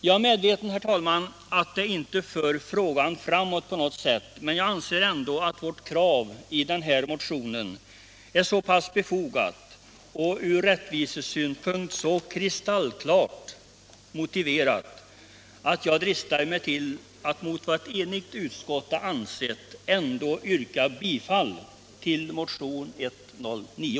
Jag är medveten om att det inte för frågan framåt på något sätt, men jag anser ändå att vårt krav i denna motion är så pass befogat och från rättvisesynpunkt så kristallklart motiverat att jag dristar mig till att mot vad ett enigt utskott har ansett yrka bifall till motionen 109.